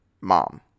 mom